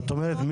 זאת אומרת,